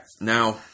now